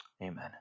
amen